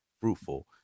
fruitful